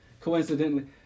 coincidentally